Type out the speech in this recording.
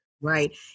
Right